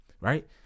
right